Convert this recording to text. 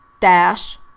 dash